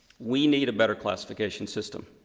we need a better classification system.